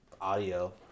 audio